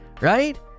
right